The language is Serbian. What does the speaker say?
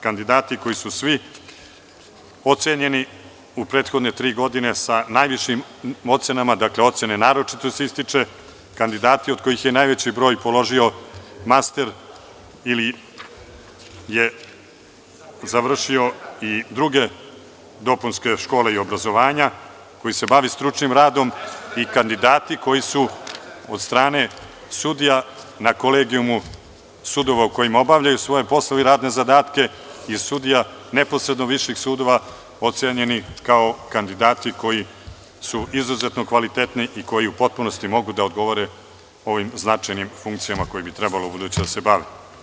Kandidati koji su svi ocenjeni u prethodne tri godine sa najvišim ocenama, dakle, ocene naročito se ističe, kandidati od kojih je najveći broj položio master ili je završio i druge dopunske škole i obrazovanja, koji se bavi stručnim radom i kandidati koji su od strane sudija na kolegijumu sudova u kojima obavljaju svoje poslove i radne zadatke i sudija neposrednog viših sudova ocenjeni kao kandidati koji su izuzetno kvalitetni i koji u potpunosti mogu da odgovore ovim značajnim funkcijama kojim bu trebalo ubuduće da se bave.